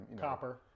copper